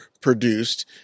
produced